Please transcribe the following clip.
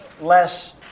less